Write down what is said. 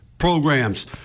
programs